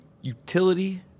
utility